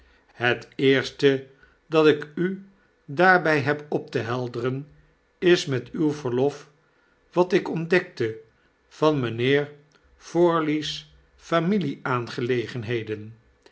het eerste dat ik u daarbg heb op te helderen is met uw verlof wat ik ontdekte van mijnheer forley